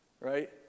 right